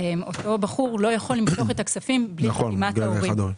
אותו בחור לא יכול למשוך את אותם הכספים בלי חתימת ההורים.